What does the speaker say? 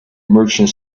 merchant